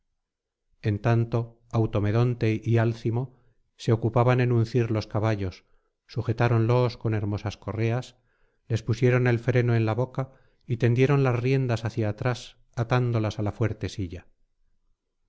en tanto automedonte y álcimo se ocupaban en uncir los caballos sujetáronlos con hermosas correas les pusieron el freno en la boca y tendieron las riendas hacia atrás atándolas á la fuerte silla